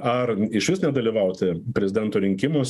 ar išvis nedalyvauti prezidento rinkimuos